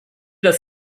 das